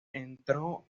entró